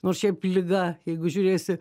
nors šiaip liga jeigu žiūrėsi